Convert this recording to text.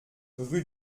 rue